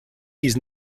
he’s